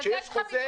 בשביל זה יש לך מתווה